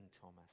Thomas